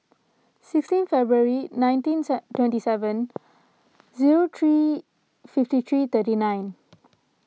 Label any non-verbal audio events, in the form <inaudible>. sixteen February nineteen <unintelligible> twenty seven zero three fifty three thirty nine